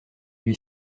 lui